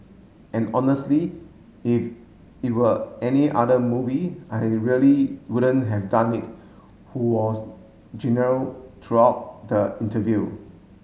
and honestly if it were any other movie I really wouldn't have done it who was genial throughout the interview